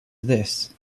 this